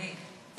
באמת.